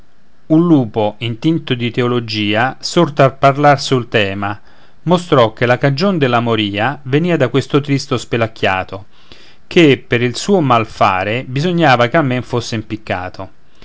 un lupo intinto di teologia sorto a parlar sul tema mostrò che la cagion della moria venìa da questo tristo spelacchiato che per il suo malfare bisognava che almen fosse impiccato